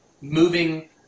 moving